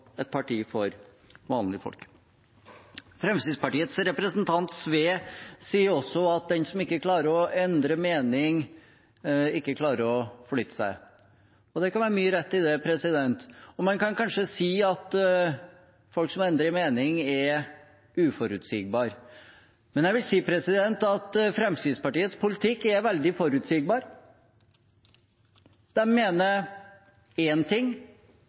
et parti for vanlige folk. Fremskrittspartiets representant Sve sier at den som ikke klarer å endre mening, ikke klarer å flytte seg. Det kan være mye rett i det, og man kan kanskje si at folk som endrer mening, er uforutsigbare. Men jeg vil si at Fremskrittspartiets politikk er veldig forutsigbar. De mener én ting